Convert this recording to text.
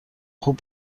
خوب